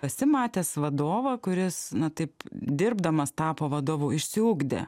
esi matęs vadovą kuris na taip dirbdamas tapo vadovu išsiugdė